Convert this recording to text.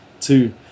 two